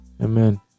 Amen